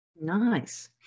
Nice